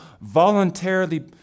voluntarily